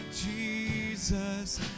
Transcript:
Jesus